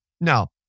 now